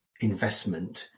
investment